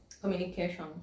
Communication